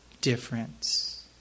difference